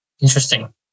Interesting